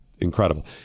Incredible